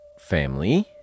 family